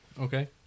Okay